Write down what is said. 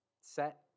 set